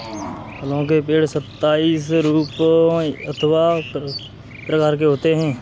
फलों के पेड़ सताइस रूपों अथवा प्रकार के होते हैं